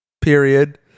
Period